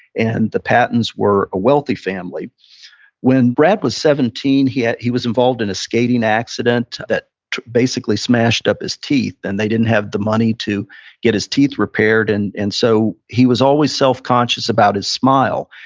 and the patton's were a wealthy family when brad was seventeen he he was involved in a skating accident that basically smashed up his teeth. and they didn't have the money to get his teeth repaired. and and so he was always self-conscious about his smile.